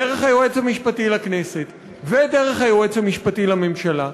דרך היועץ המשפטי לכנסת ודרך היועץ המשפטי לממשלה,